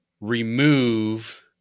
remove